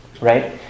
Right